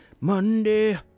monday